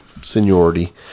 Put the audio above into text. seniority